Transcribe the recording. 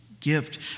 gift